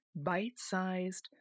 bite-sized